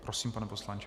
Prosím, pane poslanče.